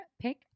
pick